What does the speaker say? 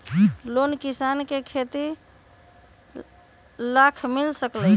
Loan किसान के खेती लाख मिल सकील?